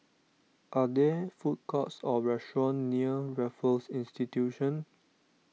are there food courts or restaurants near Raffles Institution